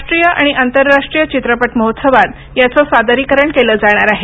राष्ट्रीय आणि आंतरराष्ट्रीय चित्रपट महोत्सवात याचे सादरीकरण केलं जाणार आहे